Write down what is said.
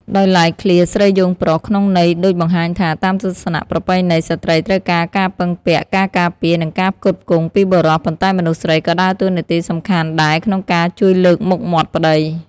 ដោយឡែក ឃ្លា ស្រីយោងប្រុស ក្នុងន័យដូចបង្ហាញថា តាមទស្សនៈប្រពៃណី ស្ត្រីត្រូវការការពឹងពាក់ ការការពារ និងការផ្គត់ផ្គង់ពីបុរស ប៉ុន្តែមនុស្សស្រីក៏ដើរតួនាទីសំខាន់ដែរក្នុងការជួយលើកមុខមាត់ប្ដី។